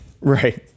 Right